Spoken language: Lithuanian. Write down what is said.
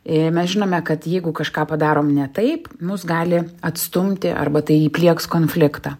ir mes žinome kad jeigu kažką padarom ne taip mus gali atstumti arba tai įplieks konfliktą